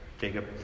Jacob